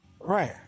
Right